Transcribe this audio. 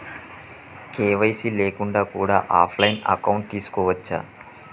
KYC లేకుండా కూడా offline account తీసుకోవచ్చా?